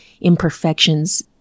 imperfections